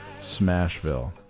Smashville